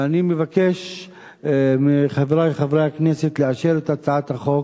ואני מבקש מחברי חברי הכנסת לאשר את הצעת החוק